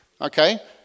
Okay